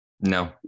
No